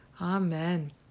Amen